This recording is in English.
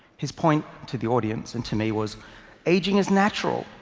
his point to the audience, and to me, was aging is natural.